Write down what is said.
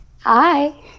Hi